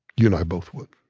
you and i both would.